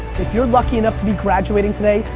if you're lucky enough to be graduating today,